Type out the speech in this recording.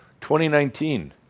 2019